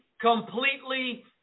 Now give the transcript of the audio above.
completely